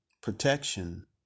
protection